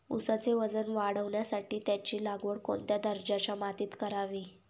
ऊसाचे वजन वाढवण्यासाठी त्याची लागवड कोणत्या दर्जाच्या मातीत करावी?